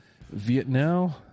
Vietnam